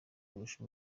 kurusha